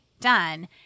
done